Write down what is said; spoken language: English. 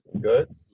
Good